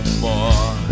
more